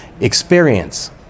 Experience